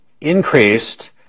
increased